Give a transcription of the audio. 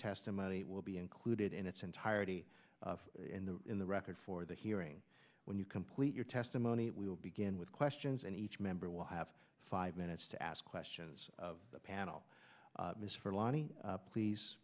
testimony will be included in its entirety in the in the record for the hearing when you complete your testimony we will begin with questions and each member will have five minutes to ask questions of the panel ms for lani please